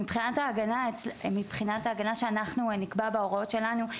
מבחינת ההגנה שאנחנו נקבע בהוראות שלנו,